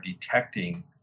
detecting